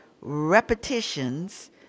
repetitions